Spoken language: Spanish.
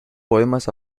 poemas